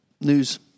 News